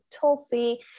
Tulsi